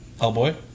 Hellboy